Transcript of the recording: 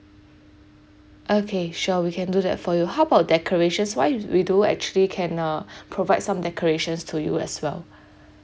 okay sure we can do that for you how about decorations wise we do actually can uh provide some decorations to you as well